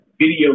Video